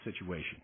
situation